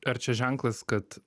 ar čia ženklas kad